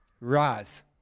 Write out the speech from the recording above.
Rise